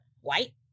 White